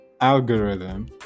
algorithm